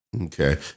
Okay